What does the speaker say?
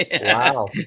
Wow